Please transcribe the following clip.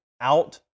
out